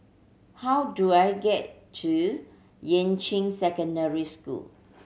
how do I get to Yuan Ching Secondary School